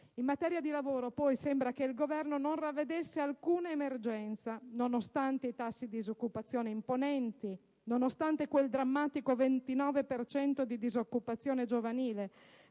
In materia di lavoro, poi, sembra che il Governo non ravvedesse emergenza alcuna, nonostante i tassi di disoccupazione imponenti, nonostante quel drammatico 29 per cento di disoccupazione giovanile,